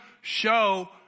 show